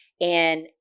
And-